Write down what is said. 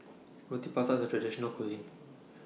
Roti Prata IS A Traditional Cuisine